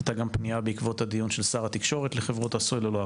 הייתה גם פנייה בעקבות הדיו של שר התקשורת לחברות הסלולר.